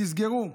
תסגרו.